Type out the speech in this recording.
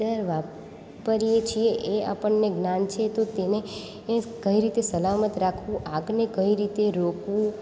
વાપરીએ છીએ એ આપણને જ્ઞાન છે તો તેને કઈ રીતે સલામત રાખવું આગને કઈ રીતે રોકવું